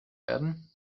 werden